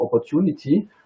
opportunity